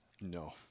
No